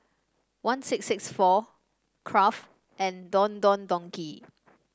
one six six four Kraft and Don Don Donki